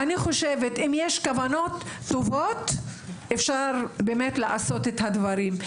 אם יש כוונות טובות אפשר לעשות את הדברים.